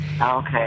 Okay